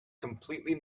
completely